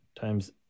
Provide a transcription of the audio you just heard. times